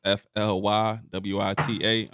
f-l-y-w-i-t-a